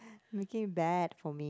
making bad for me